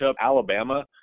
Alabama